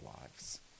lives